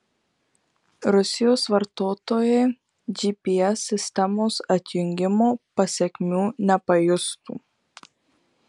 rusijos vartotojai gps sistemos atjungimo pasekmių nepajustų